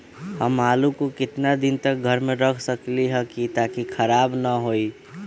हम आलु को कितना दिन तक घर मे रख सकली ह ताकि खराब न होई?